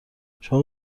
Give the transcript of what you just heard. شما